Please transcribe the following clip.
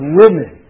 women